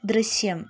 ദൃശ്യം